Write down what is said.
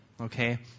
okay